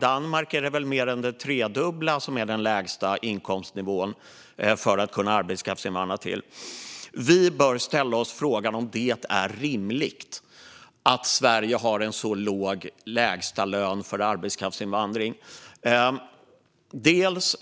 Danmark är den lägsta inkomstnivån mer än det tredubbla för att kunna arbetskraftsinvandra. Vi bör ställa oss frågan om det är rimligt att Sverige har en så låg lägstalön för arbetskraftsinvandring.